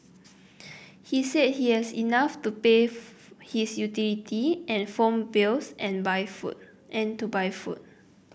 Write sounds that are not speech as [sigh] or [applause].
he said he has enough to pay [unintelligible] his utility and phone bills and buy food and to buy food